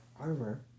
armor